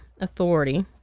authority